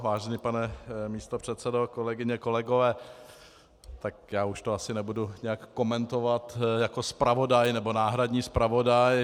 Vážený pane místopředsedo, kolegyně, kolegové, já už to asi nebudu nějak komentovat jako zpravodaj, nebo náhradní zpravodaj.